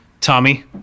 Tommy